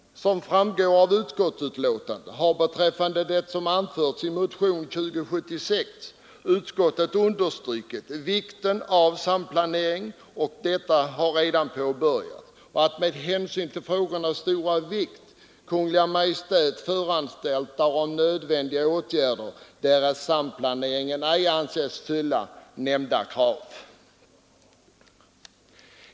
Som framgår av betänkandet har utskottet beträffande det som anförts i motionen 2076 understrukit vikten av samplanering och påpekat att en sådan redan påbörjats. Utskottet förutsätter också, med hänsyn till frågornas stora vikt, att Kungl. Maj:t föranstaltar om nödvändiga åtgärder, därest samplaneringen ej kan anses uppfylla kraven.